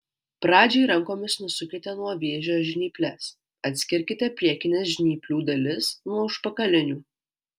pradžiai rankomis nusukite nuo vėžio žnyples atskirkite priekines žnyplių dalis nuo užpakalinių